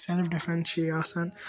self defence چھُ یہِ آسان